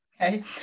Okay